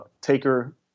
taker